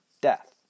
death